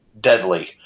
deadly